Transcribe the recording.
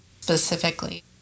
specifically